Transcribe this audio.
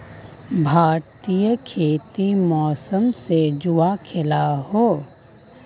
भारतीय खेती मौसम से जुआ खेलाह